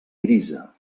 grisa